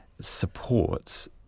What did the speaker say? supports